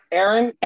Aaron